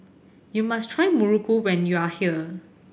you must try Muruku when you are here